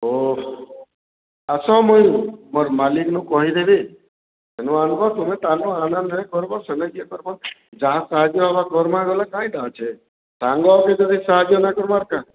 ଓଃ ଆସ ମୁଇଁ ମୋର୍ ମାଲିକନୁ କହିଦେମି ନୂଆ ଲୋକ ତୁମେ କାମ ଆରାମରେ କର୍ବ ସେନେ କିଏ କର୍ବ ଯାହା ସାହାଯ୍ୟ କର୍ମା ଗଲେ କାଇଁଟା ଅଛେ ସାଙ୍ଗ ଅଛେ ଯଦି ସାହାଯ୍ୟ ନାଇଁ କର୍ବାର୍ କାଁ